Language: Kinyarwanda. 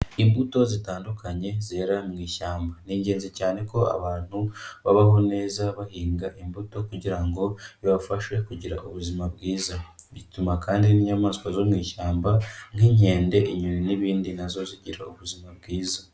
Imbuto zitandukanye zera mu ishyamba. Ni ingenzi cyane ko abantu babaho neza bahinga imbuto kugira ngo bibafashe kugira ubuzima bwiza. Bituma kandi n'inyamaswa zo mu ishyamba nk'inkende, inyoni n'ibindi na zo zigira ubuzima bwiza.